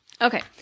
Okay